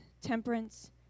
temperance